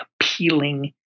appealing